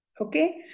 Okay